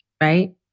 right